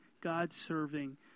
God-serving